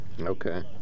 Okay